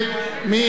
מי נמנע?